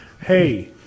Hey